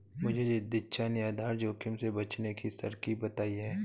मुझे दीक्षा ने आधार जोखिम से बचने की तरकीब बताई है